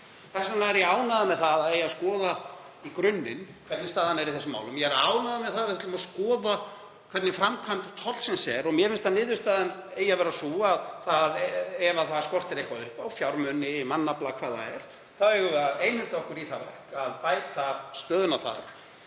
Þess vegna er ég ánægður með að það eigi að skoða í grunninn hvernig staðan er í þessum málum. Ég er ánægður með að við ætlum að skoða hvernig framkvæmd tollsins er og mér finnst að niðurstaðan eigi að vera sú að ef eitthvað skortir upp á, fjármuni, mannafla, eða hvað það er, þá eigum við að einhenda okkur í það verk að bæta stöðuna þar.